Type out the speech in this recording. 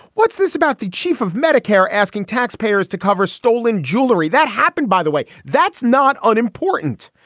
what's this about the chief of medicare asking taxpayers to cover stolen jewelry that happened, by the way, that's not unimportant.